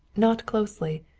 not closely.